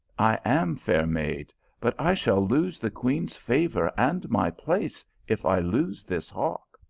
i am, fair maid but i shall lose the queen favour and my place if i lose this hawk.